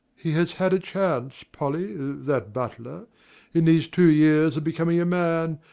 he has had a chance polly that butler in these two years of becoming a man,